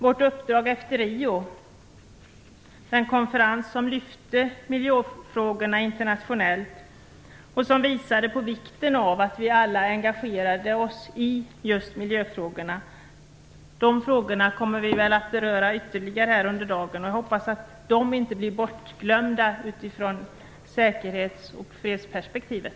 Vårt uppdrag efter Riokonferensen, som lyfte miljöfrågorna internationellt och som visade på vikten av att vi alla engagerade oss i miljöfrågorna, kommer vi att beröra ytterligare under dagen. Jag hoppas att dessa frågor inte blir bortglömda i säkerhets och fredsperspektivet.